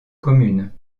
commune